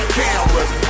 cameras